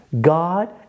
God